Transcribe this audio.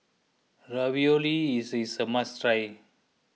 Ravioli is is a must try